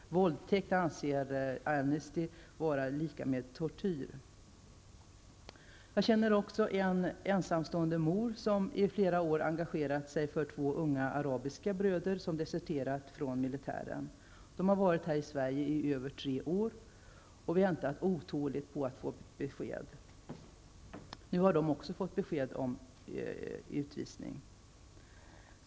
Våldtäkt anser Amnesty vara lika med tortyr. Jag känner också en ensamstående mor, som i flera år engagerat sig för två unga arabiska bröder som deserterat från militären. De har varit i Sverige i över tre år och väntat otåligt på besked. Nu har de också fått besked om avvisning.